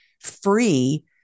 free